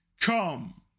Come